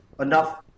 enough